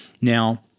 Now